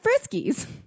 Friskies